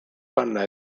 panna